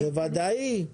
זה ודאי?